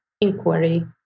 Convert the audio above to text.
inquiry